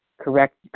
correct